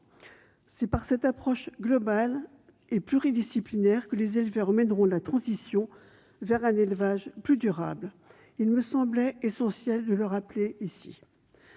C'est par cette approche globale et pluridisciplinaire que les éleveurs réussiront la transition vers un élevage plus durable. Il me semblait essentiel de le rappeler ici.